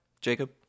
Jacob